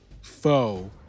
foe